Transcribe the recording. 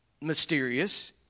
mysterious